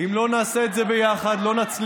אם לא נעשה את זה ביחד, לא נצליח.